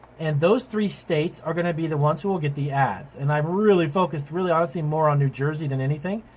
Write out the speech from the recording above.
and those three states are gonna be the ones who will get the ads. and i've really focused, really honestly more on new jersey than anything.